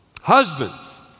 Husbands